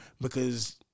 because-